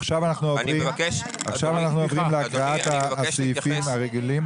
עכשיו אנחנו עוברים לסעיפים הרגילים.